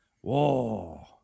Whoa